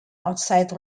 outside